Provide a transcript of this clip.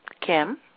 Kim